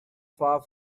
far